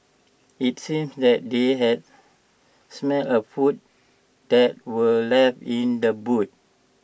IT seemed that they had smelt A food that were left in the boot